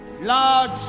large